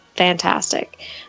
fantastic